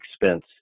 expense